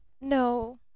No